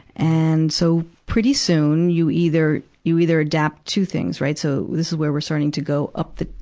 and, so, pretty soon, you either, you either adapt two things, right. so this is where we're starting to go up the,